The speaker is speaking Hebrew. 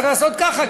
צריך לעשות ככה,